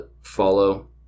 follow